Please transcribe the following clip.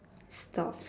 stop